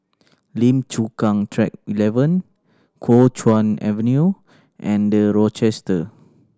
Lim Chu Kang Track Eleven Kuo Chuan Avenue and The Rochester